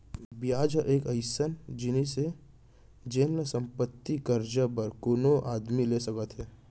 बियाज ह एक अइसन जिनिस हे जेन ल संपत्ति, करजा बर कोनो आदमी ले सकत हें